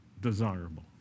desirable